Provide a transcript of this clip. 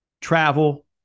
travel